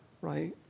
right